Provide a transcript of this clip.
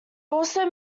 also